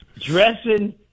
dressing